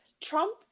Trump